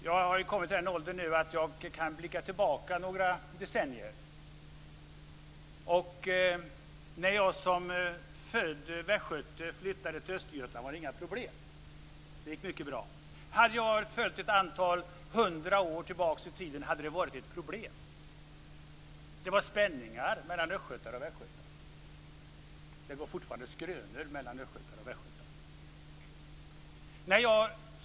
Jag har kommit till den åldern nu att jag kan blicka tillbaka några decennier. När jag som född västgöte flyttade till Östergötland var det inga problem. Det gick mycket bra. Hade jag varit född ett antal hundra år tillbaka i tiden hade det varit ett problem. Det var spänningar mellan östgötar och västgötar. Det går fortfarande skrönor mellan östgötar och västgötar.